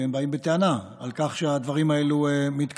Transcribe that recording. הם באים בטענה על כך שהדברים מתקיימים.